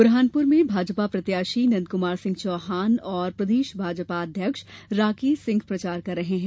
बुरहानपुर में भाजपा प्रत्याशी नंदकुमार सिंह चौहान और प्रदेश भाजपा अध्यक्ष राकेश सिंह प्रचार कर रहे हैं